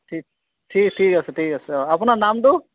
ঠিক ঠি ঠিক আছে ঠিক আছে অ আপোনাৰ নামটো